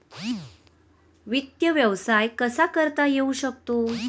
वित्त व्यवसाय कसा करता येऊ शकतो?